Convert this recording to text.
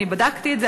אני בדקתי את זה,